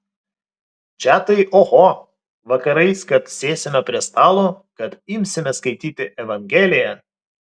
čia tai oho vakarais kad sėsime prie stalo kad imsime skaityti evangeliją